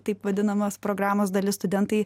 taip vadinamas programos dalis studentai